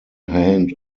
hand